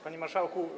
Panie Marszałku!